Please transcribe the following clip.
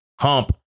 hump